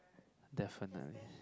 definitely